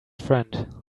friend